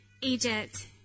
Egypt